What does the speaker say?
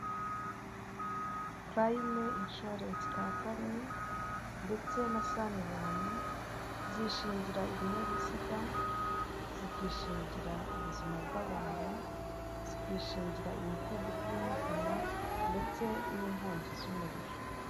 Purayime inshuwarensi kampani ndetse na saniramu zishingira ibinyabiziga, zikishingira ubuzima bw'abantu, zikishingira imitungo itimukanwa ndetse n'inkongi z'umuriro.